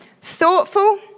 thoughtful